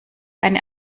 eine